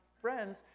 friends